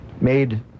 made